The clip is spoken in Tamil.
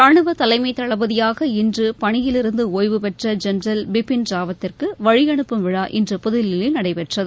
ரானுவ தலைமை தளபதியாக இன்று பணியிலிருந்து ஓய்வுபெற்ற ஜென்ரல் பிபின் ராவத்துக்கு வழியனுப்பும் விழா இன்று புதுதில்லியில் நடைபெற்றது